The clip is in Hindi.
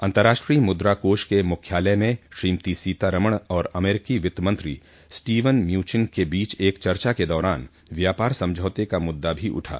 अंतर्राष्ट्रीय मुद्रा कोष के मुख्यालय में श्रीमती सीतारमन और अमरीकी वित्त मंत्री स्टीवन म्यूचिन के बीच एक चर्चा के दौरान व्यापार समझौते का मुद्दा भी उठा